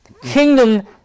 Kingdom